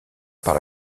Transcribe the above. par